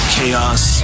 Chaos